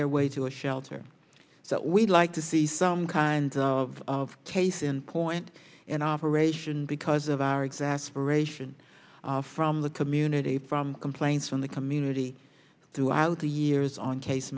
their way to a shelter so we'd like to see some kind of case in point an operation because of our exasperated from the community from complaints from the community throughout the years on case